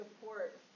support